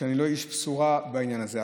שאני לא איש בשורה בעניין הזה.